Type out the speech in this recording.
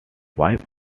wife